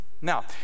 now